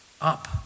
up